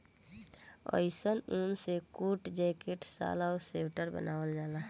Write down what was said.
अइसन ऊन से कोट, जैकेट, शाल आ स्वेटर बनावल जाला